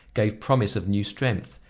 gave promise of new strength,